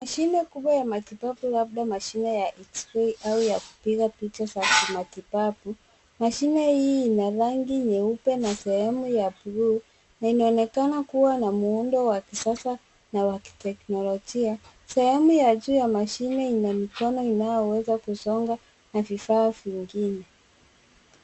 Mashine kubwa ya matibu labda mashine ya eks-rei au ya kupiga picha za kimatibabu. Mashine hii ina rangi nyeupe na sehemu ya bluu na inaonekana kuwa na muundo wa kisasa na wa kiteknolojia. Sehemu ya juu ya mashine ina mikono inayoweza kusonga na vifaa vingine.